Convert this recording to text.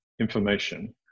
information